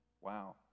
Wow